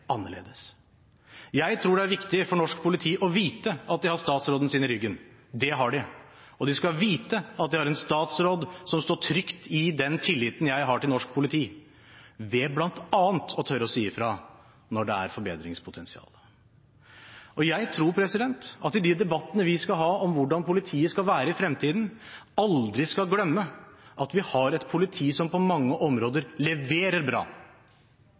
annerledes. Jeg tror det er viktig for norsk politi å vite at de har statsråden sin i ryggen. Det har de, og de skal vite at de har en statsråd som står trygt i den tilliten jeg har til norsk politi, ved bl.a. å tørre å si fra når det er forbedringspotensial. Jeg tror at vi i de debattene vi skal ha om hvordan politiet skal være i fremtiden, aldri skal glemme at vi har et politi som på mange områder leverer bra.